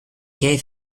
gave